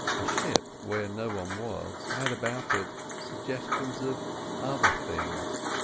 a ship where no one was had about it suggestions of other things.